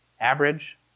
Average